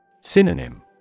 Synonym